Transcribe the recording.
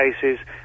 cases